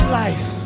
life